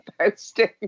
posting